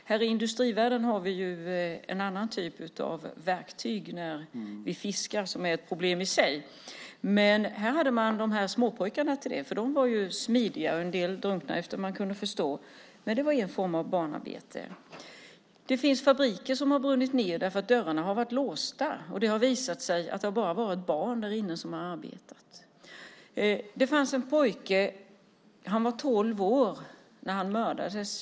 Här i industrivärlden har vi ju en annan typ av verktyg när vi fiskar, vilket är ett problem i sig, men här hade man de här småpojkarna till det. De var ju smidiga. En del drunknade efter vad man kunde förstå. Det var en form av barnarbete. Det finns fabriker som har brunnit ned där dörrarna har varit låsta, och det har visat sig att det har bara varit barn som har arbetat där inne. Det fanns en pojke som var tolv år när han mördades.